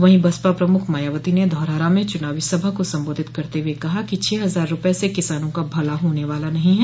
वहीं बसपा प्रमुख मायावती ने धौरहरा में चुनावी सभा को संबोधित करते हुए कहा कि छह हजार रूपये से किसानों का भला होने वाला नहीं है